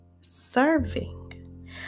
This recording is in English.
serving